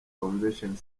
convention